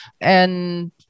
and-